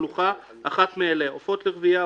"שלוחה" אחת מאלה: עופות לרבייה,